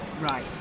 Right